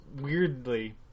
weirdly